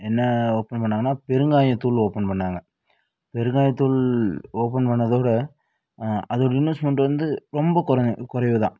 என்ன ஓப்பன் பண்ணாங்கன்னா பெருங்காயத்தூள் ஓப்பன் பண்ணாங்க பெருங்காயத்துள் ஓப்பன் பண்ணதோட அதோட இன்வெஸ்ட்மென்ட்டு வந்து ரொம்ப குறை குறைவு தான்